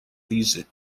these